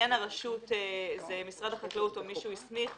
לעניין הרשות זה משרד החקלאות או מי שהוא הסמיך,